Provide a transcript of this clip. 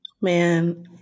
Man